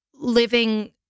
living